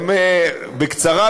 בקצרה,